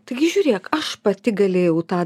taigi žiūrėk aš pati galėjau tą